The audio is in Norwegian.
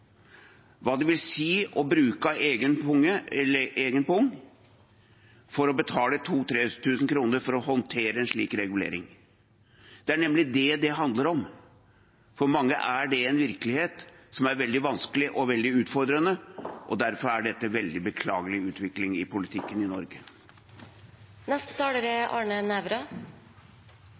hva det vil si å bruke av egen pung for å betale 2 000–3 000 kr for å håndtere en slik regulering. Det er nemlig det det handler om. For mange er det en virkelighet som er veldig vanskelig og veldig utfordrende, og derfor er dette en veldig beklagelig utvikling i politikken i